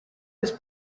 was